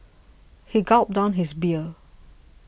he gulped down his beer